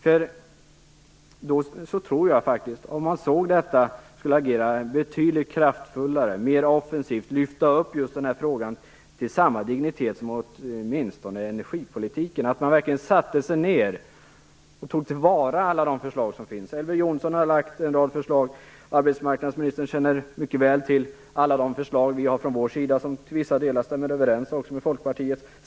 Jag tror faktiskt att om han såg den, skulle han agera betydligt kraftfullare och mera offensivt. Han skulle lyfta upp denna fråga åtminstone till samma dignitet som energipolitiken. Man borde verkligen sätta sig ned och ta till vara alla de förslag som finns. Elver Jonsson har lagt fram en rad förslag, och arbetsmarknadsministern känner mycket väl till alla de förslag som vi har från vår sida och som till vissa delar också stämmer överens med Folkpartiets.